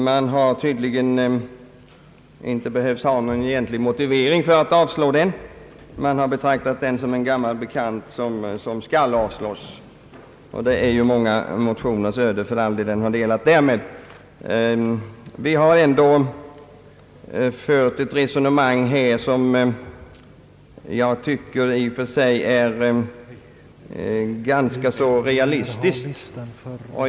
Man har tydligen inte ens behövt någon egentlig motivering härför, Man tycks ha betraktat den som en gammal bekant, som skall avslås — det är ju för all del många motioners öde som den därmed har delat. Vi har ändå fört ett resonemang som jag tycker i och för sig är ganska realistiskt.